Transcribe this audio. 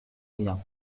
rien